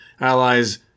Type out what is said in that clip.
allies